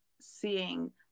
seeing